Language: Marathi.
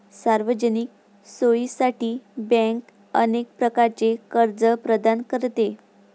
सार्वजनिक सोयीसाठी बँक अनेक प्रकारचे कर्ज प्रदान करते